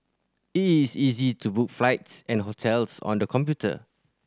it is easy to book flights and hotels on the computer